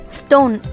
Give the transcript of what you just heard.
stone